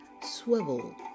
Swivel